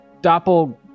doppel